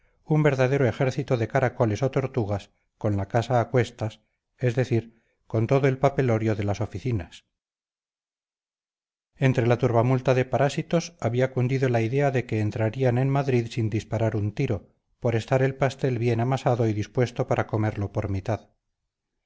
un verdadero ejército de caracoles o tortugas con la casa a cuestas es decir con todo el papelorio de las oficinas entre la turbamulta de parásitos había cundido la idea de que entrarían en madrid sin disparar un tiro por estar el pastel bien amasado y dispuesto para comerlo por mitad